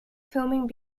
filming